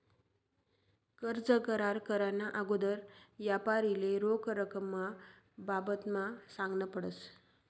कर्ज करार कराना आगोदर यापारीले रोख रकमना बाबतमा सांगनं पडस